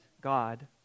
God